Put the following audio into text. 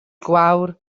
gwawr